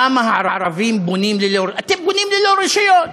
למה הערבים בונים ללא, אתם בונים ללא רישיון.